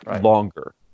longer